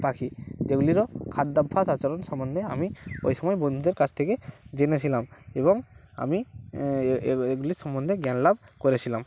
পাখি যেগুলিরও খাদ্যাভ্যাস আচরণ সম্বন্ধে আমি ওই সময় বন্ধুদের কাছ থেকে জেনেছিলাম এবং আমি এগুলি সম্বন্ধে জ্ঞান লাভ করেছিলাম